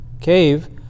cave